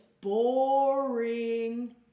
boring